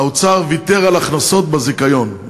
האוצר ויתר על הכנסות בזיכיון.